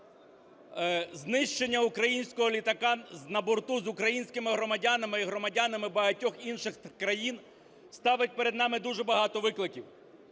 Знищення українського літака на борту з українськими громадянами і громадянами багатьох інших країн ставить перед нами дуже багато викликів.